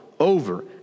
over